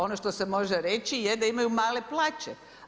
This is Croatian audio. Ono što se može reći je da imaju male plaće.